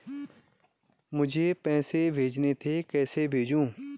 मुझे पैसे भेजने थे कैसे भेजूँ?